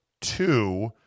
two